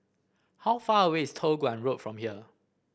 how far away is Toh Guan Road from here